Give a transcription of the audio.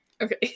Okay